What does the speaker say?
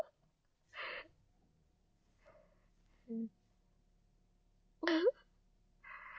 mm